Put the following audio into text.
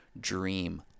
dream